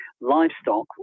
livestock